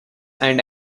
and